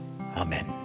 Amen